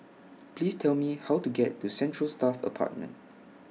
Please Tell Me How to get to Central Staff Apartment